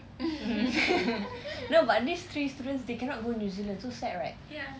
no but these three students they cannot go new zealand so sad right